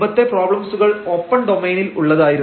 മുമ്പത്തെ പ്രോബ്ലംസുകൾ ഓപ്പൺ ഡൊമൈനിൽ ഉള്ളതായിരുന്നു